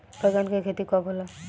बैंगन के खेती कब होला?